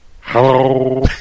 Hello